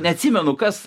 neatsimenu kas